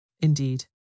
Indeed